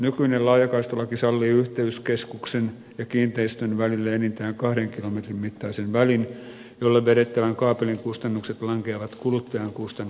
nykyinen laajakaistalaki sallii yhteyskeskuksen ja kiinteistön välille enintään kahden kilometrin mittaisen välin jolle vedettävän kaapelin kustannukset lankeavat kuluttajan kustannettavaksi